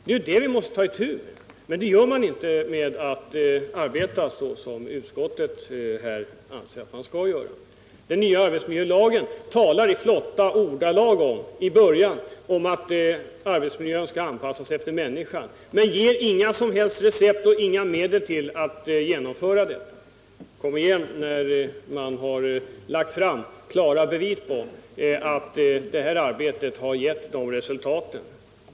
Det är det vi måste ta itu med, men det gör man inte om man arbetar som utskottet anser att man skall göra. I den nya arbetsmiljölagen talas det i början i vackra ordalag om att arbetsmiljön skall anpassas efter människan, men det ges inga som helst recept och inga medel för genomförandet. Kom igen när det lagts fram klara bevis på att det här arbetet gett resultat.